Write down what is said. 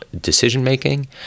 decision-making